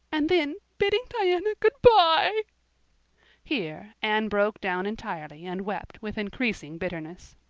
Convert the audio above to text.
and then bidding diana goodbye-e-e here anne broke down entirely and wept with increasing bitterness.